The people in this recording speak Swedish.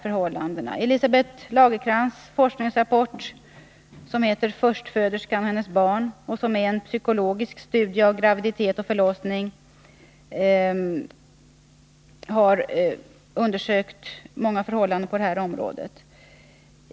I Elisabeth Lagercrantz forskningsrapport Förstföderskan och hennes barn, som är en psykologisk studie om graviditet och förlossning, refereras till olika undersökningar på området.